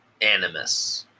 animus